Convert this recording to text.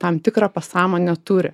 tam tikrą pasąmonę turi